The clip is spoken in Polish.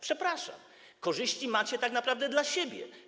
Przepraszam, korzyści macie tak naprawdę dla siebie.